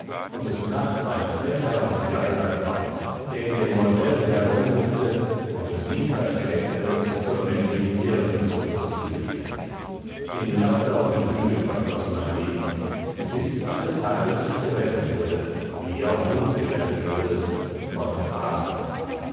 und des nachts ein frecher und geiler bock der in den bordellen herumhüpfte und es nicht verschmähte sich zur männlichen dirne zu prostituieren in laster und lüge verfloß mein leben bis eines tages ich gerettet wurde wie auch du gerettet wurdest